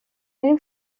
بریم